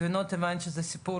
גבינות הבנתי שזה סיפור,